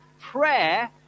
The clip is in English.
prayer